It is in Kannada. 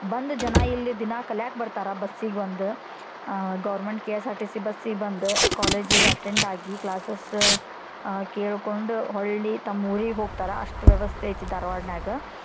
ಬಂದ ಜನ ಇಲ್ಲಿ ದಿನ ಕಲಿಯಕ್ಕೆ ಬರ್ತಾರ ಬಸ್ಸಿಗೆ ಬಂದು government K S R T C ಬಸ್ಸಿಗೆ ಬಂದು ಕಾಲೇಜಿಗೆ ಅಟೆಂಡ್ ಆಗಿ ಕ್ಲಾಸಸ್ ಕೇಳ್ಕೊಂಡು ಹೊಳ್ಳಿ ತಮ್ಮ ಊರಿಗೆ ಹೋಗ್ತಾರ ಅಷ್ಟು ವ್ಯವಸ್ಥೆ ಐತಿ ಧಾರ್ವಾಡ್ನ್ಯಾಗ